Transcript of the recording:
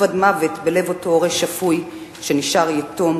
עד מוות בלב אותו הורה שפוי שנשאר יתום,